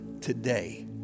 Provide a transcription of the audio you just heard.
today